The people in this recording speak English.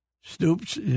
Stoops